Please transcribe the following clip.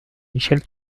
michel